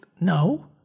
No